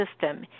system